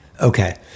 Okay